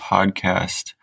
Podcast